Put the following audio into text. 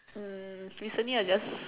um recently I just